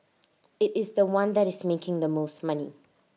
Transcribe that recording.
IT is The One that is making the most money